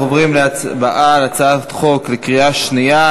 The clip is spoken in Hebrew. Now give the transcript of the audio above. אנחנו עוברים להצבעה על הצעת החוק בקריאה שנייה.